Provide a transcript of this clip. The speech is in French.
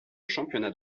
championnat